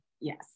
Yes